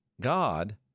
God